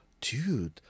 dude